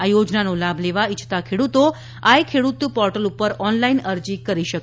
આ યોજનાનો લાભ લેવા ઇચ્છતા ખેડૂતો આઈ ખેડૂત પોર્ટલ પર ઓનલાઈન અરજી કરી શકશે